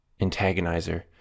antagonizer